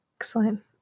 Excellent